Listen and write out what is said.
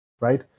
right